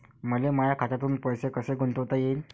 मले माया खात्यातून पैसे कसे गुंतवता येईन?